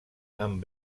amb